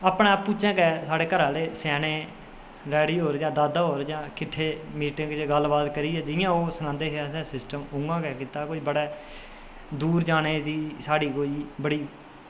अपने आपूं चें गै साढ़े अपने घरा आह्ले गै सेआनै डैडी होर जां दादा होर किट्ठे मिटिंग च गल्ल बात करपियै जियां ओह् सनांदे हे असें सिस्टम उआं गै कीता ते बड़ा दूर जाने दी साढ़ी कोई बड़ी